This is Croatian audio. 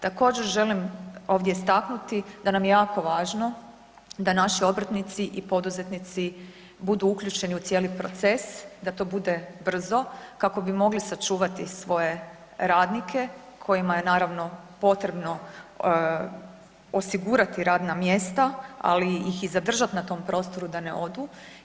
Također želim ovdje istaknuti da nam je jako važno da naši obrtnici i poduzetnici budu uključeni u cijeli proces, da to bude brzo kako bi mogli sačuvati svoje radnike kojima je naravno potrebno osigurati radna mjesta, ali ih i zadržati na tom prostoru da ne odu.